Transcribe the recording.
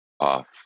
off